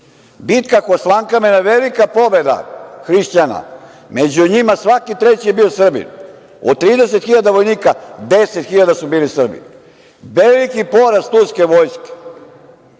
Bitka kod Slankamena je velika pobeda hrišćana i među njima svaki treći je bio Srbin. Od 30.000 vojnika 10.000 su bili Srbi. Veliki poraz turske vojske